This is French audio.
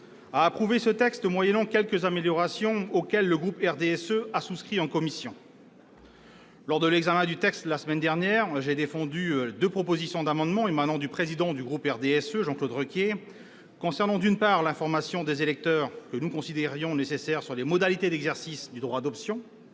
a approuvé ce texte, moyennant quelques améliorations, auxquelles le groupe du RDSE a souscrit en commission. Lors de l'examen du texte la semaine dernière, j'ai défendu deux amendements émanant du président du groupe du RDSE, Jean-Claude Requier. Le premier visait l'information des électeurs que nous considérions comme nécessaire sur les modalités d'exercice du droit d'option,